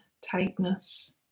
tightness